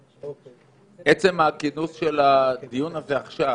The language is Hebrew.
חושב שעצם הכינוס של הדיון הזה עכשיו